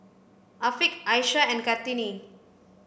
Afiq Aishah and Kartini